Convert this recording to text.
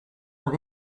but